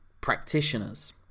practitioners